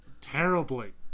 terribly